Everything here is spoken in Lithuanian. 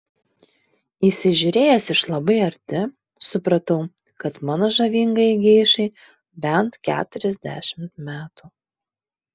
įsižiūrėjęs iš labai arti supratau kad mano žavingajai geišai bent keturiasdešimt metų